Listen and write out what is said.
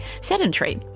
sedentary